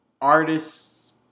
artists